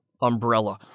umbrella